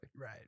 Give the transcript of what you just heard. right